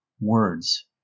words